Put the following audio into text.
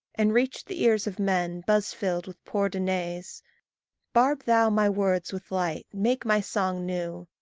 and reach the ears of men buz-filled with poor denays barb thou my words with light, make my song new,